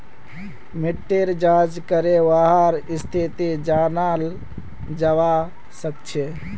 मिट्टीर जाँच करे वहार स्थिति जनाल जवा सक छे